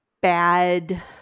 bad